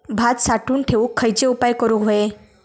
भात साठवून ठेवूक खयचे उपाय करूक व्हये?